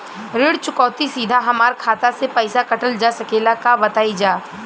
ऋण चुकौती सीधा हमार खाता से पैसा कटल जा सकेला का बताई जा?